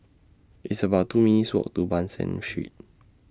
It's about two minutes' Walk to Ban San Street